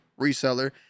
reseller